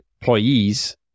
employees